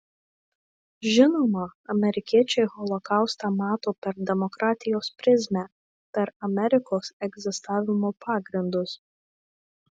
žinoma amerikiečiai holokaustą mato per demokratijos prizmę per amerikos egzistavimo pagrindus